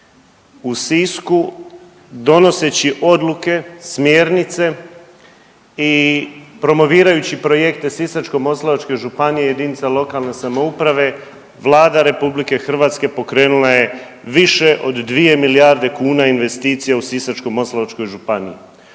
u Sisku donoseći odluke, smjernice i promovirajući projekte Sisačko-moslavačke županije, jedinica lokalne samouprave Vlada RH pokrenula je više od 2 milijarde kuna investicija u Sisačko-moslavačkoj županiji